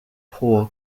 poor